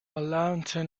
lantern